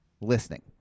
listening